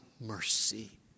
mercy